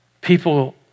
People